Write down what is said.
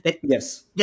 Yes